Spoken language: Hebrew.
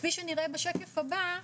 וכפי שנראה בשקף הבא,